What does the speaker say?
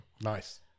Nice